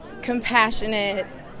compassionate